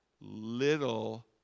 little